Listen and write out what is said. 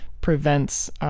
prevents